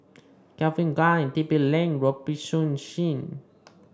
Calvin Klein and T P Link Robitussin